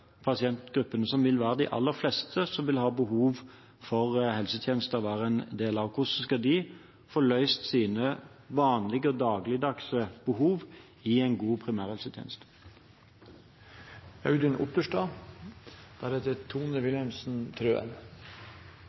pasientgruppene som de aller fleste som vil ha behov for helsetjenester, vil være en del av? Hvordan skal de få løst sine vanlige og dagligdagse behov i en god